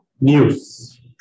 news